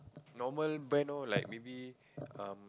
normal brand lor like maybe um